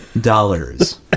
dollars